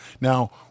Now